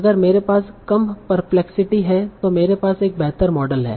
अगर मेरे पास कम परप्लेक्सिटी है तो मेरे पास एक बेहतर मॉडल है